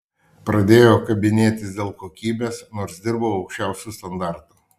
pradėjo kabinėtis dėl kokybės nors dirbau aukščiausiu standartu